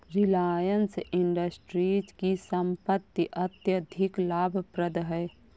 रिलायंस इंडस्ट्रीज की संपत्ति अत्यधिक लाभप्रद है